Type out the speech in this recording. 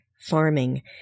farming